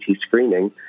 screening